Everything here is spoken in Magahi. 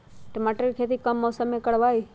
टमाटर की खेती कौन मौसम में करवाई?